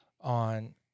on